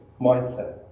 mindset